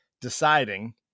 deciding